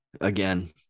again